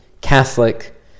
Catholic